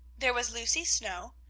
there was lucy snow,